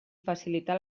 facilitar